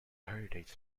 heritage